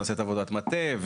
נעשית עבודת מטה,